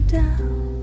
down